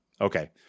Okay